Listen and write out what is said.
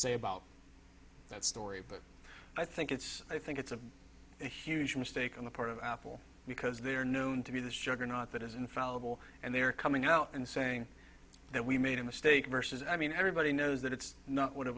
say about that story but i think it's i think it's a huge mistake on the part of apple because they are known to be this juggernaut that is infallible and they are coming out and saying that we made a mistake versus i mean everybody knows that it's not what it